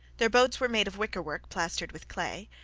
their boats were made of wicker-work plastered with clay.